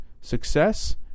Success